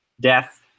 Death